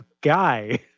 guy